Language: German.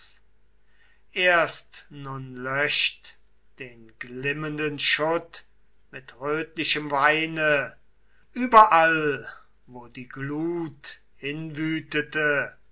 erst nun löscht den glimmenden schutt mit rötlichem weine überall wo die glut